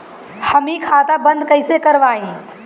हम इ खाता बंद कइसे करवाई?